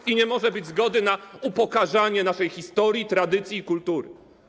I nie może być zgody na upokarzanie naszej historii, tradycji i kultury.